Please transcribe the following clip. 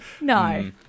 No